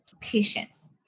patience